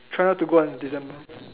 try not to go on December